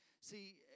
See